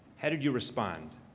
how did you respond?